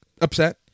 upset